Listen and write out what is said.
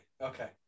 okay